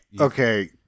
Okay